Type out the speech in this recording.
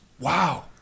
Wow